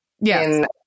Yes